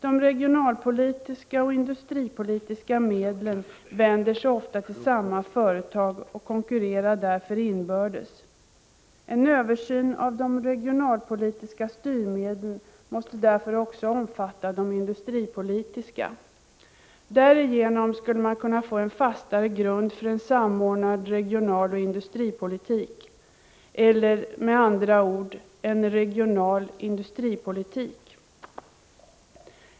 De regionalpolitiska och industripolitiska medlen vänder sig ofta till samma företag, som därför konkurrerar inbördes. En översyn av de regionalpolitiska styrmedlen måste därför också omfatta de industripolitiska. Därigenom skulle man kunna få en fastare grund för en samordnad regionalpolitik och industripolitik eller, med andra ord, en regional industripolitik.